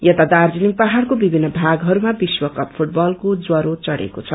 यता दार्जीलिङ पहाड़को विभिन्न थागहरूमा विश्व कप फूटबलको ज्वारो चढ़ेको छ